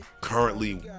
Currently